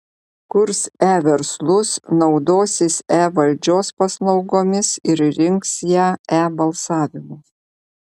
kurs e verslus naudosis e valdžios paslaugomis ir rinks ją e balsavimu